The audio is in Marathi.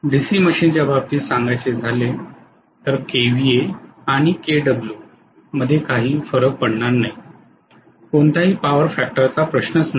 डीसी मशीनच्या बाबतीत सांगायचे झाले तर केव्हीए आणि केडब्ल्यू मध्ये काहीही फरक पडणार नाही कोणत्याही पॉवर फॅक्टरचा प्रश्न नाही